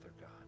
God